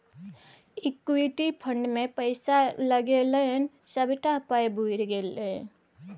equity fund मे पैसा लगेलनि सभटा पाय बुरि गेल